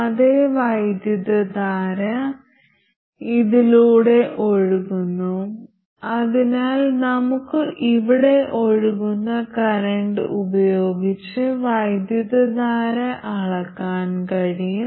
അതേ വൈദ്യുതധാര ഇതിലൂടെ ഒഴുകുന്നു അതിനാൽ നമുക്ക് ഇവിടെ ഒഴുകുന്ന കറന്റ് ഉപയോഗിച്ച് വൈദ്യുതധാര അളക്കാൻ കഴിയും